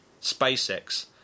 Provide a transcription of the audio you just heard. SpaceX